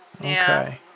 Okay